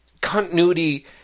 continuity